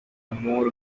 more